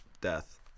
death